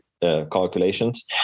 calculations